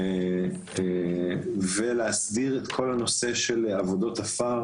להסדיר את עבודות העפר